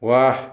ৱাহ